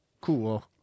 cool